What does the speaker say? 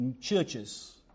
churches